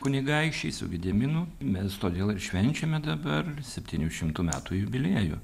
kunigaikščiais gediminu mes todėl ir švenčiame dabar septynių šimtų metų jubiliejų